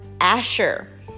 Asher